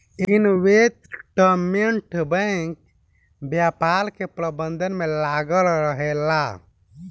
investment bank व्यापार के प्रबंधन में लागल रहेला